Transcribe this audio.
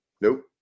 Nope